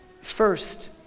First